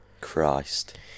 Christ